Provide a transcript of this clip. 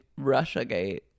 Russiagate